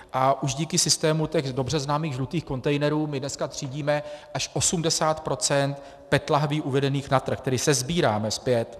A už díky systému těch dobře známých žlutých kontejnerů my dneska třídíme až 80 % PET lahví uvedených na trh, tedy sesbíráme zpět.